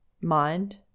Mind